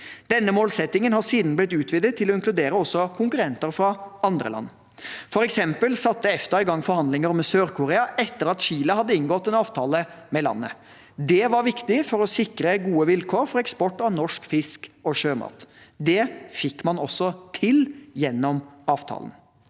Denne målsettingen har siden blitt utvidet til å inkludere også konkurrenter fra andre land. For eksempel satte EFTA i gang forhandlinger med Sør-Korea etter at Chile hadde inngått en avtale med landet. Det var viktig for å sikre gode vilkår for eksport av norsk fisk og sjømat. Det fikk man også til gjennom avtalen.